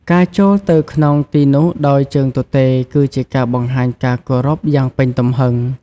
ការចូលទៅក្នុងទីនោះដោយជើងទទេរគឺជាការបង្ហាញការគោរពយ៉ាងពេញទំហឹង។